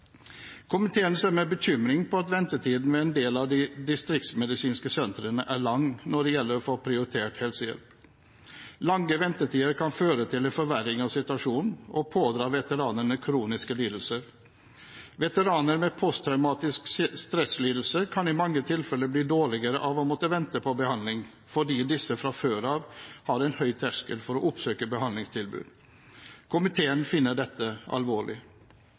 Komiteen ser med bekymring på at ventetiden ved en del av de distriktsmedisinske sentrene er lang når det gjelder å få prioritert helsehjelp. Lange ventetider kan føre til en forverring av situasjonen og pådra veteranene kroniske lidelser. Veteraner med posttraumatisk stresslidelse kan i mange tilfeller bli dårligere av å måtte vente på behandling fordi disse fra før av har en høy terskel for å oppsøke behandlingstilbud. Komiteen finner dette alvorlig.